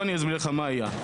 אני אסביר לך מה היה,